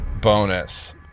bonus